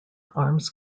arms